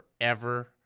forever